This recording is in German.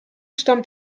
stammt